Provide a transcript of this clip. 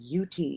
UT